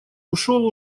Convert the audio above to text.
ушёл